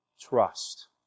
trust